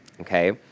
Okay